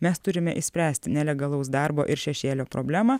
mes turime išspręsti nelegalaus darbo ir šešėlio problemą